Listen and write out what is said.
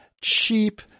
cheap